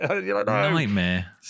Nightmare